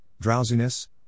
drowsiness